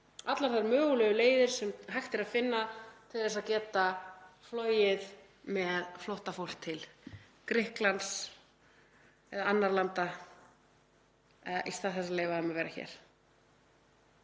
allar þær mögulegu leiðir sem hægt er að finna til að geta flogið með flóttafólk til Grikklands eða annarra landa í stað þess að leyfa því að vera hér.